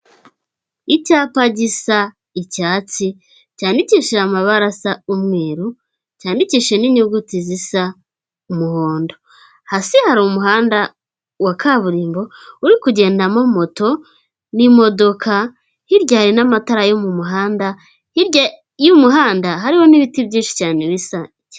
Icyapa gisa icyatsi cyandikishije amabarasa umweru, cyandikishije n'inyuguti zisa umuhondo, hasi hari umuhanda wa kaburimbo uri kugendamo moto n'imodoka, hirya hari n'amatara yo mu muhanda, hirya y'umuhanda harimo n'ibiti byinshi cyane bisa.